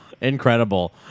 Incredible